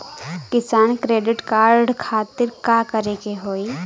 किसान credit card खातिर का करे के होई?